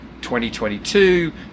2022